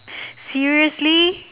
seriously